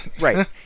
Right